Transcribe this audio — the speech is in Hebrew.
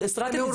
הסרטתי את זה.